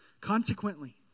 Consequently